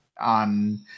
on